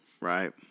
Right